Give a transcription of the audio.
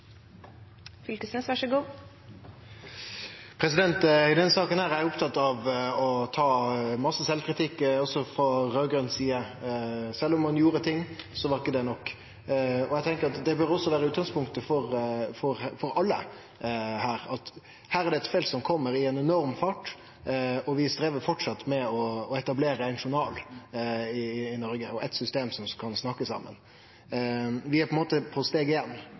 eg opptatt av å ta masse sjølvkritikk også frå raud-grøn side. Sjølv om ein gjorde ting, var ikkje det nok. Eg tenkjer at det bør også vere utgangspunktet for alle her, at dette er eit felt som kjem i ein enorm fart, og vi strevar framleis med å etablere éin journal i Noreg, og eitt system som kan snakke saman. Vi er på ein måte på steg